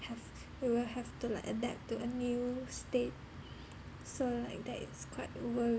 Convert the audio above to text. have we will have to like adapt to a new state so like that is quite